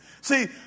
See